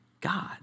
god